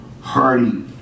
Hardy